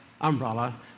umbrella